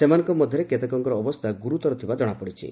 ସେମାନଙ୍କ ମଧ୍ୟରେ କେତେକଙ୍କର ଅବସ୍ଥା ଗୁରୁତର ଥିବା ଜଣାପଡ଼ିଛି